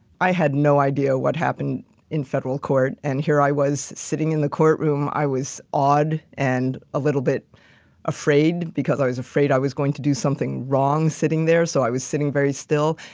i had no idea what happened in federal court. and here i was sitting in the courtroom. i was awed and a little bit afraid because i was afraid i was going to do something wrong sitting there, so i was sitting very still,